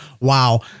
wow